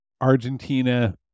Argentina